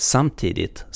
Samtidigt